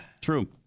true